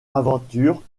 aventure